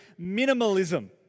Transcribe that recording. minimalism